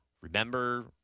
Remember